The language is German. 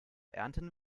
ernten